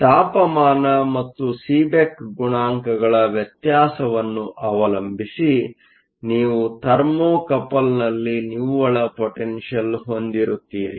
ಆದ್ದರಿಂದ ತಾಪಮಾನ ಮತ್ತು ಸೀಬೆಕ್ ಗುಣಾಂಕಗಳ ವ್ಯತ್ಯಾಸವನ್ನು ಅವಲಂಬಿಸಿ ನೀವು ಥರ್ಮೋಕಪಲ್ನಲ್ಲಿ ನಿವ್ವಳ ಪೊಟೆನ್ಷಿಯಲ್ ಹೊಂದಿರುತ್ತೀರಿ